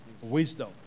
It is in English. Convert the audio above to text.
wisdom